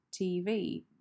TV